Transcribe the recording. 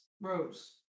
Rose